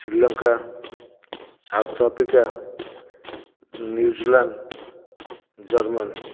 Sri Lanka South Africa New Zealand Germany